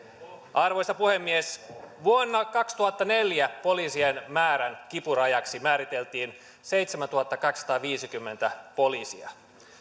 arvoisa puhemies vuonna kaksituhattaneljä poliisien määrän kipurajaksi määriteltiin seitsemäntuhattakaksisataaviisikymmentä poliisia